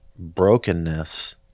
brokenness